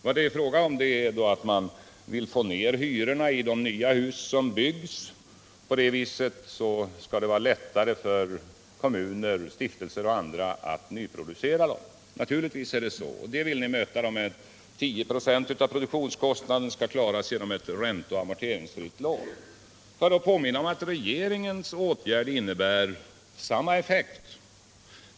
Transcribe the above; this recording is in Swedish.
Vad det är fråga om är att man vill få ner hyrorna i de nya hus som byggs.” På det sättet skulle det bli lättare för kommuner, stiftelser och andra att nyproducera, och naturligtvis är det resonemanget i och för sig riktigt. Socialdemokraterna vill nu åstadkomma detta genom att för 10 96 av produktionskostnaderna sätta in ett ränteoch amorteringsfritt lån. Jag vill då påminna om att regeringens åtgärd innebär samma effekt.